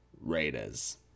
Raiders